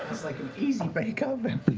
it's like an easy-bake oven.